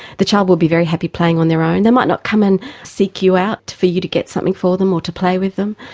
the child will be very happy playing on their own. they might not come and seek you out for you to get something for them or to play with them.